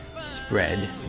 spread